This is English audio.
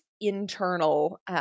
internal